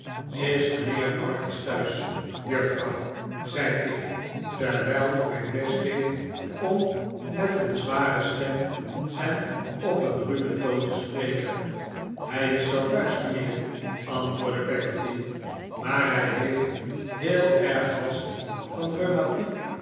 is mijnheer barkis thuis juffrouw zei ik terwijl ik mijn best deed om met een zware stem en op een ruwen toon te spreken hij is wel thuis mijnheer antwoordde peggotty maar hij heeft heel erg last van